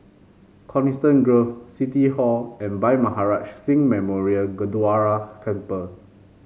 Coniston Grove City Hall and Bhai Maharaj Singh Memorial Gurdwara Temple